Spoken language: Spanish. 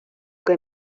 que